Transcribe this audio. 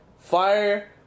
fire